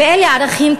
ואלה ערכים,